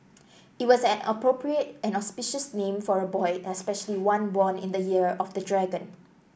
it was an appropriate and auspicious name for a boy especially one born in the year of the dragon